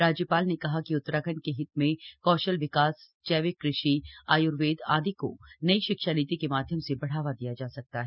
राज्यपाल ने कहा कि उत्तराखण्ड केहित में कौशल विकास जैविक कृषि आय्वेद आदि को नई शिक्षा नीति के माध्यम से बढ़ावा दिया जा सकता है